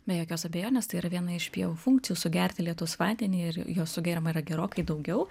be jokios abejonės tai yra viena iš pievų funkcijų sugerti lietaus vandenį ir jo sugeriama yra gerokai daugiau